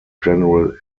general